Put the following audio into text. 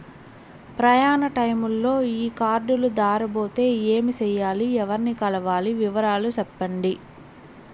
ప్రయాణ టైములో ఈ కార్డులు దారబోతే ఏమి సెయ్యాలి? ఎవర్ని కలవాలి? వివరాలు సెప్పండి?